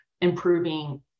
improving